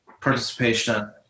participation